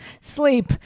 sleep